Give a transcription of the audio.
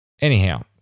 Anyhow